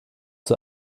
zur